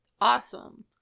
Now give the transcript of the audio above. Awesome